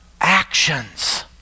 actions